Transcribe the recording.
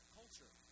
culture